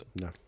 no